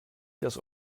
das